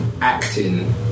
acting